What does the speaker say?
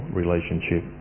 relationship